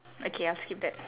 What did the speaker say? okay I'll skip that